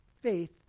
faith